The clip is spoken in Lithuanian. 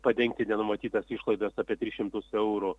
padengti nenumatytas išlaidas apie tris šimtus eurų